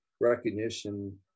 recognition